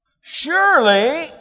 Surely